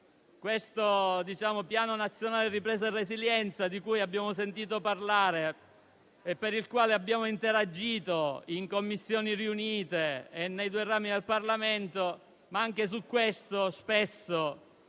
al Piano nazionale di ripresa e resilienza, di cui abbiamo sentito parlare e per il quale abbiamo interagito nelle Commissioni riunite e nei due rami del Parlamento. Anche su questo fronte,